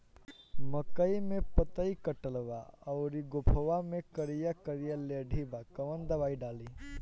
मकई में पतयी कटल बा अउरी गोफवा मैं करिया करिया लेढ़ी बा कवन दवाई डाली?